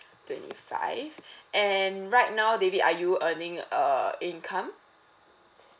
twenty five and right now david are you earning a income